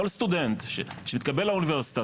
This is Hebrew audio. כל סטודנט שמתקבל לאוניברסיטה,